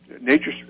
Nature